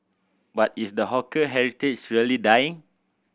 but is the hawker heritage really dying